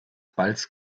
balls